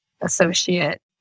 associate